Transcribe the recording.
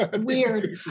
Weird